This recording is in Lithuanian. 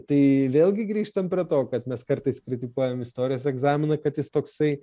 tai vėlgi grįžtam prie to kad mes kartais kritikuojam istorijos egzaminą kad jis toksai